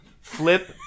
Flip